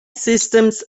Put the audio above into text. systems